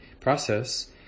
process